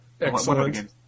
Excellent